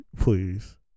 please